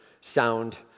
sound